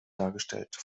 dargestellt